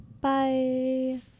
Bye